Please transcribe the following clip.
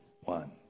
one